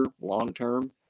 long-term